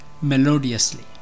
melodiously